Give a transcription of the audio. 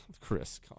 Chris